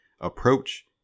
approach